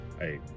hey